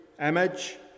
image